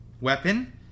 weapon